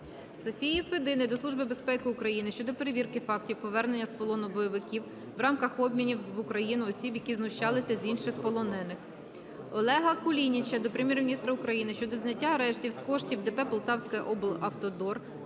України щодо перевірки фактів повернення з полону бойовиків в рамках обмінів в Україну осіб, які знущалися з інших полонених. Олега Кулініча до Прем'єр-міністра України щодо зняття арештів з коштів ДП "Полтавський облавтодор"